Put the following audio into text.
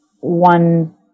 one